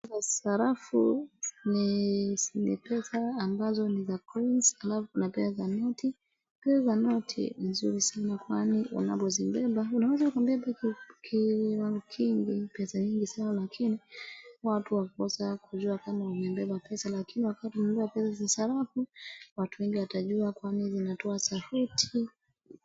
Sarafu ni pesa ambazo ni za coins alafu kuna pesa za noti. Pesa za noti ni nzuri sana kwani unapozibeba unaweza beba kiwango kingi pesa nyingi sana lakini watu wakakosa kujua kama umebeba pesa lakini wakati umebeba pesa za sarafu watu wengi watajua kwani zinatoa sauti.